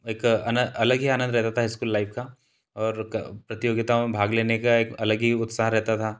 एक अलग ही आनंद रहता था स्कूल लाइफ़ का और प्रतियोगिताओं में भाग लेने का एक अलग ही उत्साह रहता था